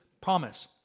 promise